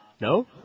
No